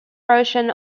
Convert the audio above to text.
russian